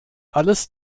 alles